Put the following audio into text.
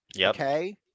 Okay